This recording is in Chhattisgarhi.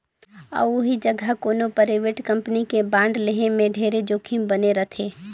अउ ओही जघा कोनो परइवेट कंपनी के बांड लेहे में ढेरे जोखिम बने रथे